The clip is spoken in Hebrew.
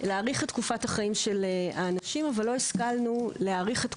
להארךך את תקפות החיים של האנשים אבל לא השכלנו לקצר